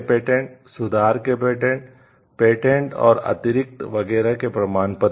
patent और अतिरिक्त वगैरह के प्रमाण पत्र